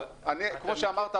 כמו שאמרת,